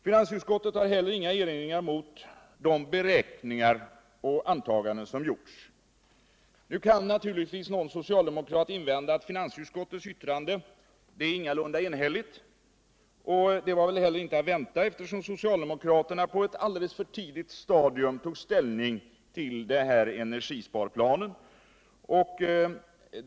Finansutskottet har heller inga erinringar mot de beräkningar och antaganden som gjorts. Nu kan naturligtvis någon socialdemokrat invända att finansutskottets yttrande ingalunda är enhälligt. Det var väl heHer inte att vänta, eftersom soctaldemokraterna på ett ulltför tidigt stadium tog ställning till energisparplanen.